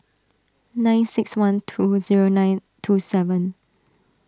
nine six one two zero nine two seven